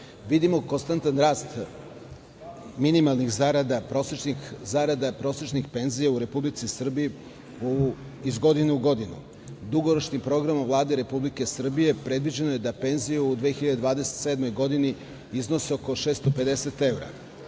minimalnih zarada, prosečnih zarada, prosečnih penzija u Republici Srbiji iz godine u godinu. Dugoročnim programom Vlade Republike Srbije predviđeno je da penzije u 2027. godini iznose oko 650 evra.